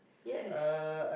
yes